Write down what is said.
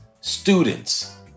students